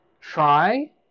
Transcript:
try